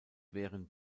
wären